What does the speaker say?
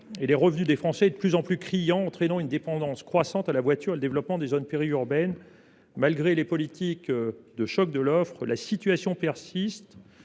et les revenus des Français est de plus en plus criant, entraînant une dépendance croissante à la voiture et le développement des zones périurbaines. Malgré les politiques de choc d’offre, la situation persiste,